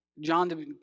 John